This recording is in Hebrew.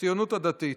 הציונות הדתית.